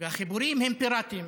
והחיבורים הם פיראטיים,